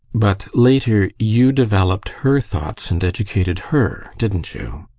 but later you developed her thoughts and educated her, didn't you?